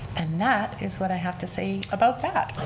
and that is what i have to say about that.